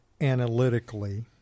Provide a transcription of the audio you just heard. analytically